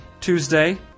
Tuesday